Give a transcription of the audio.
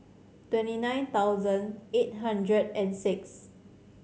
twenty nine thousand eight hundred and six